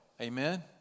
Amen